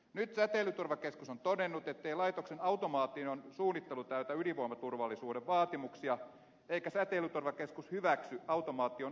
nyt säteilyturvakeskus on todennut ettei laitoksen automaation suunnittelu täytä ydinvoimaturvallisuuden vaatimuksia eikä säteilyturvakeskus hyväksy automaation asentamista